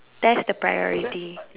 that's the priority